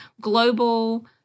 global